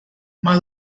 más